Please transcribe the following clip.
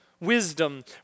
Wisdom